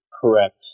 correct